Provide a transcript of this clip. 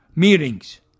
Meetings